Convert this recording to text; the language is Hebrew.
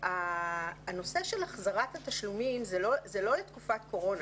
הנושא של החזרת תשלומים זה לא לתקופת קורונה.